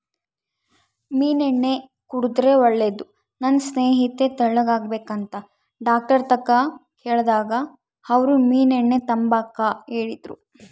ಮೀನೆಣ್ಣೆ ಕುಡುದ್ರೆ ಒಳ್ಳೇದು, ನನ್ ಸ್ನೇಹಿತೆ ತೆಳ್ಳುಗಾಗ್ಬೇಕಂತ ಡಾಕ್ಟರ್ತಾಕ ಕೇಳ್ದಾಗ ಅವ್ರು ಮೀನೆಣ್ಣೆ ತಾಂಬಾಕ ಹೇಳಿದ್ರು